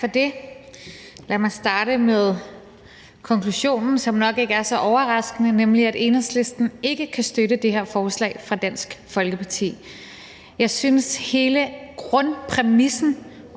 for det. Lad mig starte med konklusionen, som nok ikke er så overraskende, nemlig at Enhedslisten ikke kan støtte det her forslag fra Dansk Folkeparti. Jeg synes, at hele grundpræmissen